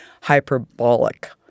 hyperbolic